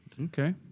okay